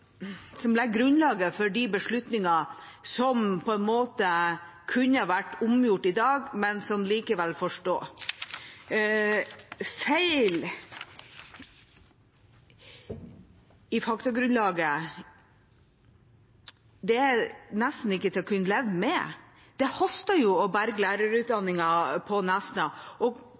kunne vært omgjort i dag, men som likevel får stå. Feil i faktagrunnlaget er nesten ikke til å kunne leve med. Det haster å berge lærerutdanningen på Nesna. Og